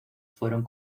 fueron